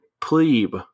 Plebe